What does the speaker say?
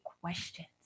questions